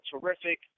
terrific